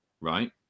right